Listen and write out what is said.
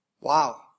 Wow